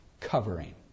covering